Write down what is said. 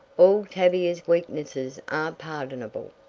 all tavia's weaknesses are pardonable,